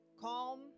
calm